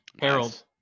Harold